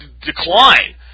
decline